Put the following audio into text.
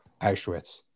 Auschwitz